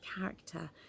character